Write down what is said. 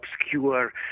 obscure